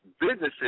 businesses